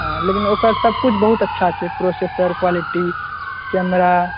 हँ लेकिन ओकर सभकुछ बहुत अच्छा छै प्रोसेसर क्वालिटी कैमरा